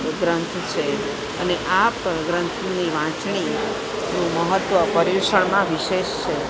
ગ્રંથ છે અને આ ગ્રંથની વાંચણીનું મહત્ત્વ પર્યુષણમાં વિશેષ છે